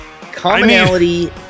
Commonality